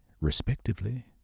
respectively